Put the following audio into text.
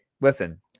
listen